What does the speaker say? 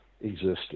existed